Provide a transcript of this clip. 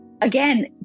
again